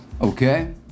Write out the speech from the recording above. Okay